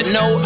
no